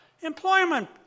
Employment